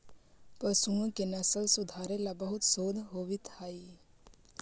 पशुओं की नस्ल सुधारे ला बहुत शोध होवित हाई